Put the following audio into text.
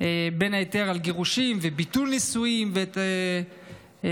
בין היתר על גירושים וביטול נישואים או הפקעתם,